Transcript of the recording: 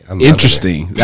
Interesting